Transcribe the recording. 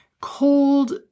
cold